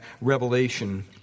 revelation